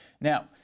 Now